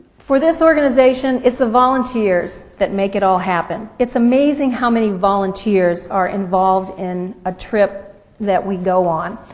for this organization it's the volunteers that make it all happen. it's amazing how many volunteers are involved in a trip that we go on.